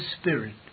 Spirit